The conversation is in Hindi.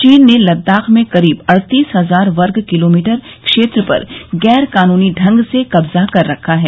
चीन ने लद्दाख में करीब अड़तीस हजार वर्ग किलोमीटर क्षेत्र पर गैर कानूनी ढंग से कब्जा कर रखा है